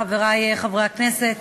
חברי חברי הכנסת,